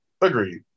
Agreed